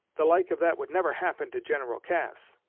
the like of that would never happen to general cass.